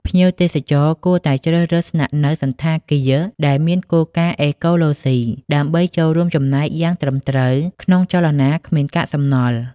ភ្ញៀវទេសចរគួរតែជ្រើសរើសស្នាក់នៅសណ្ឋាគារដែលមានគោលការណ៍អេកូឡូសុី ដើម្បីចូលរួមចំណែកយ៉ាងត្រឹមត្រូវក្នុងចលនាគ្មានកាកសំណល់។